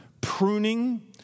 pruning